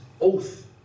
oath